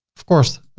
of course,